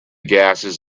gases